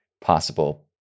possible